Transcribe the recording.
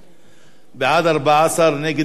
בעד, 14, נגד, נמנעים, אין.